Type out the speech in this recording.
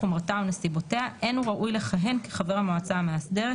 חומרתה או נסיבותיה אין הוא ראוי לכהן כחבר המועצה המאסדרת,